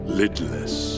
lidless